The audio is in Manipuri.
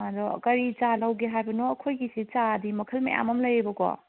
ꯑꯗꯨ ꯀꯔꯤ ꯆꯥꯔ ꯂꯧꯒꯦ ꯍꯥꯏꯕꯅꯣ ꯑꯩꯈꯣꯏꯒꯤꯁꯦ ꯆꯥꯔꯗꯤ ꯃꯈꯜ ꯃꯌꯥꯝ ꯑꯃ ꯂꯩꯌꯦꯕꯀꯣ